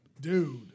Dude